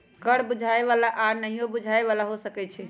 कर बुझाय बला आऽ नहियो बुझाय बला हो सकै छइ